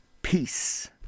Peace